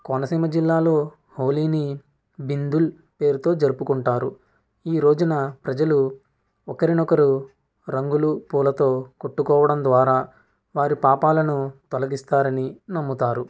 కోనసీమ జిల్లాలో హోలీని బిందుల్ పేరుతో జరుపుకుంటారు ఈ రోజున ప్రజలు ఒకరినొకరు రంగులు పూలతో కొట్టుకోవడం ద్వారా వారి పాపాలను తొలగిస్తారని నమ్ముతారు